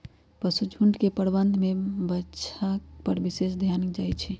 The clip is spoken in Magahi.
पशुझुण्ड के प्रबंधन में बछा पर विशेष ध्यान देल जाइ छइ